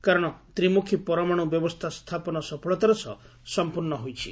କାରଣ ତ୍ରିମୁଖୀ ପରମାଣୁ ବ୍ୟବସ୍ଥା ସ୍ଥାପନ ସଫଳତାର ସହ ସମ୍ପର୍ଶ୍ଣ ହୋଇଛି